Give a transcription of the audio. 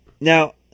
now